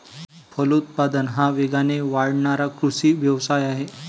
फलोत्पादन हा वेगाने वाढणारा कृषी व्यवसाय आहे